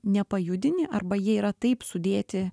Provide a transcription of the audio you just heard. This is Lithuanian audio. nepajudini arba jie yra taip sudėti